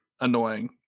annoying